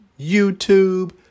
YouTube